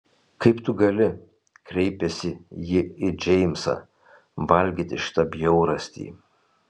kaip tu gali kreipėsi ji į džeimsą valgyti šitą bjaurastį